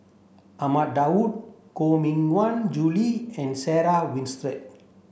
Ahmad Daud Koh Mui Hiang Julie and Sarah Winstedt